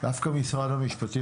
דווקא משרד המשפטים,